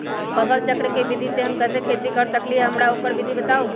फसल चक्र के विधि से हम कैसे खेती कर सकलि ह हमरा ओकर विधि बताउ?